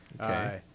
Okay